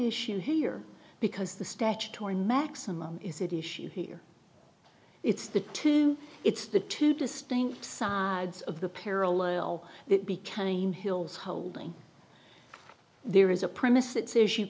issue here because the statutory maximum is it issue here it's the two it's the two distinct sides of the parallel that be counting hill's holding there is a premise that says you